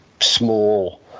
small